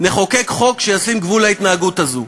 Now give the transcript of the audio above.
נחוקק חוק שישים גבול להתנהגות הזו.